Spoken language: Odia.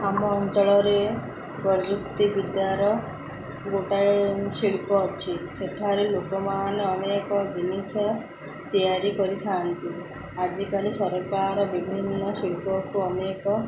ଆମ ଅଞ୍ଚଳରେ ପ୍ରଯୁକ୍ତି ବିଦ୍ୟାର ଗୋଟାଏ ଶିଳ୍ପ ଅଛି ସେଠାରେ ଲୋକମାନେ ଅନେକ ଜିନିଷ ତିଆରି କରିଥାନ୍ତି ଆଜିକାଲି ସରକାର ବିଭିନ୍ନ ଶିଳ୍ପକୁ ଅନେକ